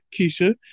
Keisha